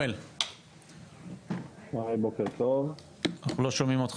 אנחנו מקווים לסיים